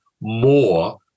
more